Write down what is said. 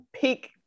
peak